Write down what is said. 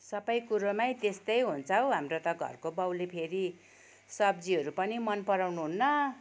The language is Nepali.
सबै कुरोमै त्यस्तै हुन्छौ हाम्रो त घरको बाउले फेरि सब्जीहरू पनि मन पराउनु हुन्न